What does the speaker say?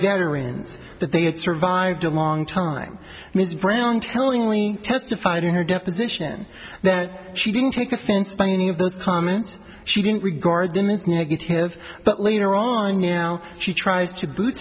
veterans that they had survived a long time ms brown tellingly testified in her deposition that she didn't take offense by any of those comments she didn't regard in the negative but later on now she tries to boot